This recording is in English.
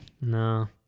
No